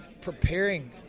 preparing